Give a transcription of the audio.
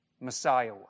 Messiah